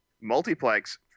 Multiplex